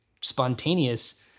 spontaneous